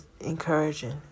encouraging